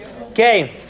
Okay